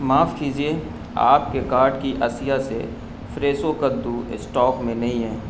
معاف کیجیے آپ کے کارٹ کی اشیاء سے فریسو کدو اسٹاک میں نہیں ہے